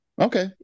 Okay